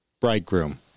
bridegroom